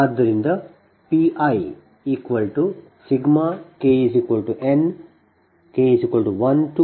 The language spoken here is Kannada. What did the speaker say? ಆದ್ದರಿಂದPik1nViVkYik ik ik